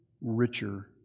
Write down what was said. richer